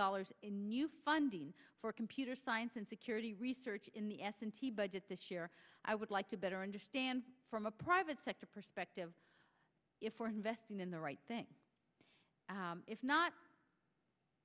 dollars in new funding for computer science and security research in the budget this year i would like to better understand from a private sector perspective if we're investing in the right thing if not